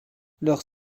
leurs